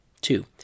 Two